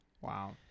Wow